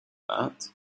that